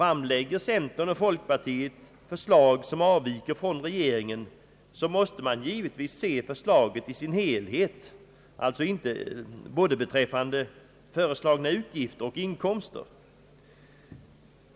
Om centern och folkpartiet framlägger förslag, som avviker från regeringens, måste man givetvis se förslaget i dess helhet både beträffande föreslagna utgifter och inkomster.